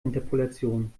interpolation